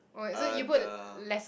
err the